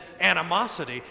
animosity